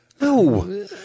no